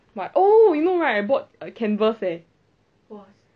what oh you know right I bought a canvas leh